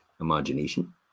imagination